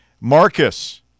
Marcus